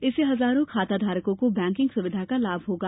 इससे हजारों खाता धारकों को बैंकिंग सुविधा का लाभ होगा